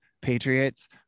patriots